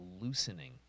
loosening